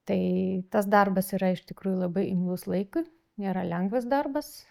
tai tas darbas yra iš tikrųjų labai imlus laikui nėra lengvas darbas